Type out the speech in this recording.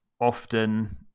often